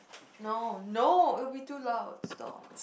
no no it'll be too loud stop